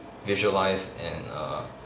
visualise and err